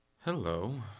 Hello